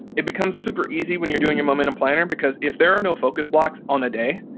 it becomes super easy when you're doing your momentum planner because if there are no focus blocks on a day,